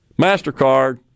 MasterCard